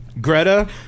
Greta